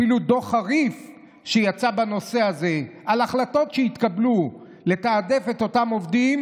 אפילו דוח חריף שיצא בנושא הזה על החלטות שהתקבלו לתעדף את אותם עובדים,